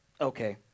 Okay